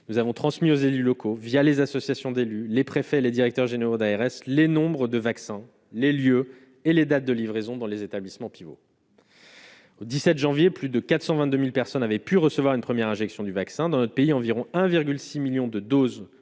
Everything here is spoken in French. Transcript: nous avons transmis aux élus locaux, via les associations d'élus, les préfets, les directeurs généraux d'ARS, les nombres de vaccins, les lieux et les dates de livraison dans les établissements pivot. 17 janvier, plus de 422000 personnes avaient pu recevoir une première injection du vaccin dans notre pays environ 1,6 millions de doses